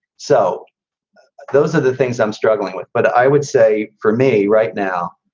so those are the things i'm struggling with. but i would say for me right now,